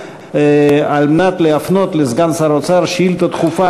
על מנת להפנות לסגן שר האוצר שאילתה דחופה,